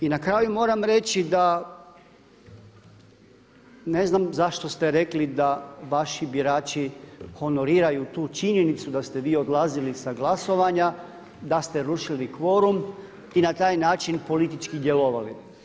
I na kraju moram reći da ne znam zašto ste rekli da vaši birači honoriraju tu činjenicu da ste vi odlazili sa glasovanja, da ste rušili kvorum i na taj način politički djelovali.